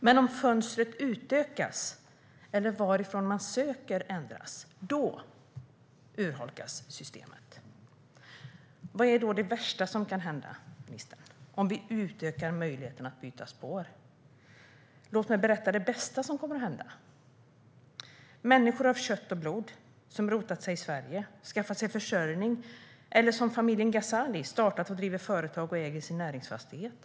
Men om fönstret utökas eller varifrån man söker ändras urholkas systemet. Vad är då det värsta som kan hända, ministern, om vi utökar möjligheten att byta spår? Låt mig berätta det bästa som kommer att hända. Det handlar om människor av kött och blod som har rotat sig i Sverige och skaffat sig försörjning, som familjen Ghazali som har startat och driver företag och äger sin näringsfastighet.